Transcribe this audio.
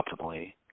optimally